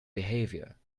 behavior